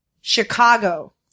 Chicago